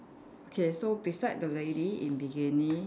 okay so beside the lady in bikini